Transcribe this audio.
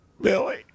Billy